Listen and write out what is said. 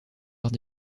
arts